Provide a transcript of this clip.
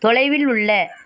தொலைவில் உள்ள